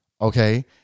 okay